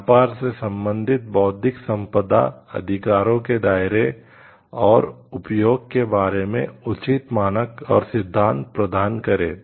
व्यापार से संबंधित बौद्धिक संपदा अधिकारों के दायरे और उपयोग के बारे में उचित मानक और सिद्धांत प्रदान करें